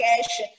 cash